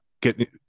get